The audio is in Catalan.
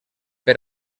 per